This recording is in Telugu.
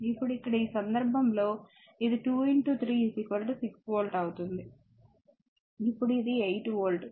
ఇప్పుడు ఇక్కడ ఈ సందర్భంలో ఇది 2 3 6 వోల్ట్ అవుతుంది ఇప్పుడు ఇది 8 వోల్ట్